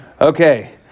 Okay